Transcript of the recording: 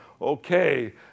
Okay